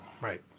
right